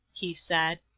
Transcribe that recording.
he said.